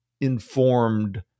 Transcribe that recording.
informed